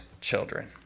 children